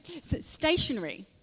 stationary